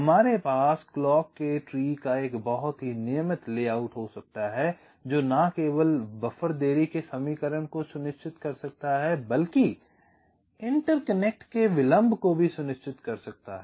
हमारे पास क्लॉक के पेड़ का एक बहुत ही नियमित लेआउट हो सकता है जो न केवल बफर देरी के समीकरण को सुनिश्चित कर सकता है बल्कि इंटरकनेक्ट के विलंब को भी सुनिश्चित कर सकता है